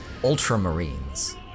ultramarines